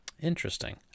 Interesting